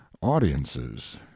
audiences